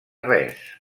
res